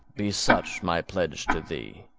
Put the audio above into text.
be such my pledge to thee,